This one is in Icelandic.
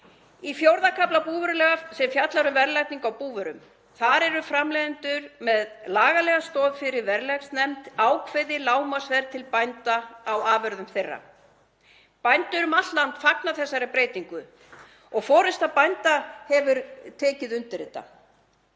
í IV. kafla búvörulaga sem fjallar um verðlagningu á búvörum. Þar eru framleiðendur með lagalega stoð fyrir verðlagsnefnd, ákveðið lágmarksverð til bænda á afurðum þeirra. Bændur um allt land fagna þessari breytingu og forysta bænda hefur tekið undir þetta.